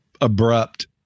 abrupt